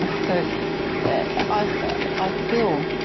so i ah feel.